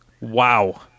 Wow